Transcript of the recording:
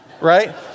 Right